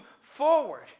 forward